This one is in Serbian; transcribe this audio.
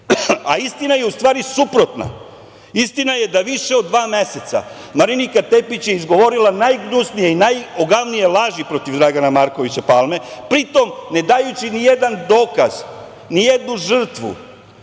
A istina je u stvari suprotna. Istina je da više od dva meseca Marinika Tepić je izgovorila najgnusnije i najogavnije laži protiv Dragana Markovića Palme, pritom ne dajući nijedan dokaz, nijednu žrtvu,